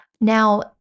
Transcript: Now